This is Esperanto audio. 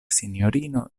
sinjorino